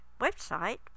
website